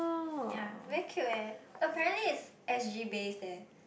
yea very cute leh apparently it's S_G based leh